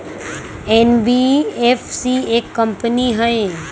NBFC एक company हई?